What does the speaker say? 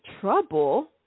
trouble